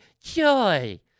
joy